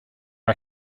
are